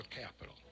capital